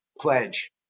pledge